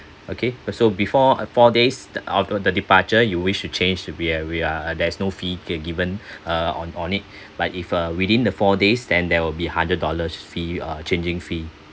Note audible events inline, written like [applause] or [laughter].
okay so before four days the out the departure you wish to change to be a we uh there's no fee can given [breath] uh on on it [breath] but if uh within the four days then there will be hundred dollars fee uh changing fee